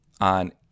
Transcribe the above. on